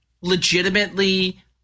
Legitimately